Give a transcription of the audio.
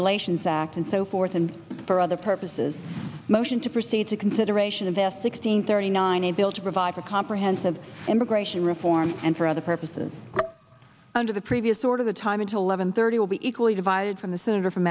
relations act and so forth and for other purposes motion to proceed to consideration of the sixteen thirty nine a bill to provide for comprehensive immigration reform and for other purposes under the previous sort of the time it eleven thirty will be equally divided from the senator from